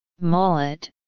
mullet